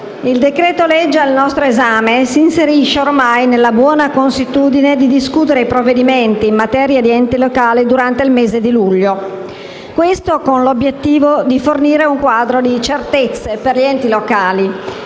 Il decreto-legge al nostro esame si inserisce ormai nella buona consuetudine di discutere i provvedimenti in materia di enti locali durante il mese di luglio con l'obiettivo di fornire un quadro di maggiori certezze per gli enti locali,